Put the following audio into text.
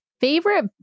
Favorite